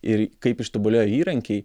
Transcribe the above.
ir kaip ištobulėjo įrankiai